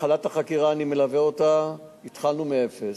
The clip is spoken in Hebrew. התחלת החקירה, אני מלווה אותה, התחלנו מאפס,